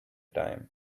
time